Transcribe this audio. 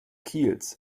kiels